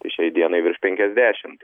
šiai dienai virš penkiasdešimt